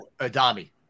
Adami